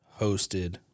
hosted